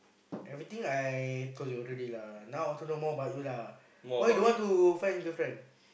everything I told you already lah now also no more about you lah why you don't want to find girlfriend